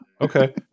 okay